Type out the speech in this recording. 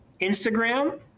instagram